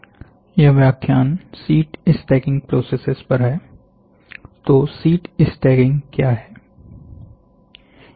यह व्याख्यान sheet stacking processes पर है तो शीट स्टैकिंग क्या है